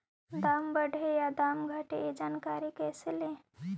दाम बढ़े या दाम घटे ए जानकारी कैसे ले?